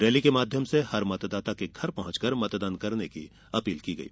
rally के माध्यम से हर मतदाता के घर पहुंचकर मतदान करने की अपील की गयी